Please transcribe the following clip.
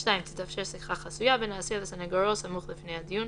(2) תתאפשר שיחה חסויה בין האסיר לסניגורו סמוך לפני הדיון,